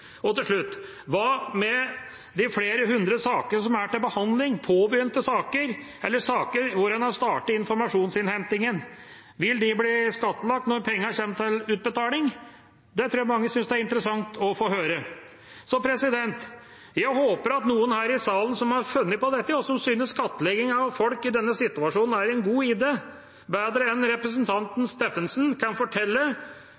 Hva med de flere hundre påbegynte sakene som er til behandling, eller saker der man har startet med informasjonsinnhenting? Vil man bli skattlagt når pengene kommer til utbetaling? Det tror jeg mange vil synes er interessant å få høre. Jeg håper at noen her i salen som har funnet på dette, og som synes skattlegging av folk i denne situasjonen er en god idé, bedre enn representanten Steffensen kan fortelle